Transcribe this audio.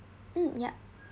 mm yup